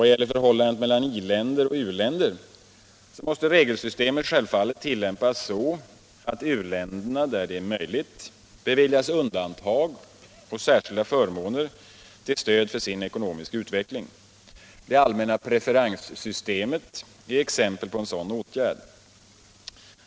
Vad gäller förhållandet mellan i-länder och u-länder måste regelsystemet självfallet tillämpas så att u-länderna där det är möjligt beviljas undantag och särskilda förmåner till stöd för sin ekonomiska utveckling. Det allmänna preferenssystemet är exempel på en sådan åtgärd.